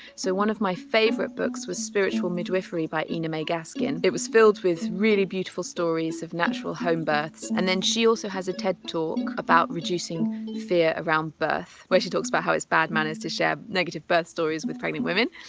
so one of my favorite books was spiritual midwifery by ina may gaskin, it was filled with really beautiful stories of natural home births. and then she also has a ted talk about reducing fear around birth where she talks about how it's bad manners to share negative birth stories with pregnant women.